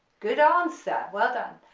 good answer, well done,